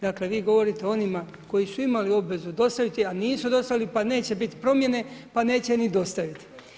Dakle vi govorite o onima koji su imali obvezu dostaviti a nisu dostavili pa neće biti promjene pa neće ni dostaviti.